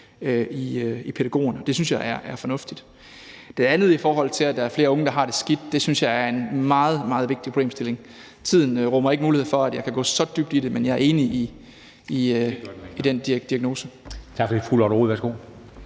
i pædagogerne, og det synes jeg er fornuftigt. Det andet, i forhold til at der er flere unge, der har det skidt, synes jeg er en meget, meget vigtig problemstilling. Tiden rummer ikke mulighed for, at jeg kan gå så dybt ind i det, men jeg er enig i den diagnose.